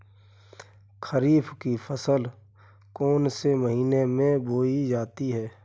खरीफ की फसल कौन से महीने में बोई जाती है?